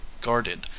guarded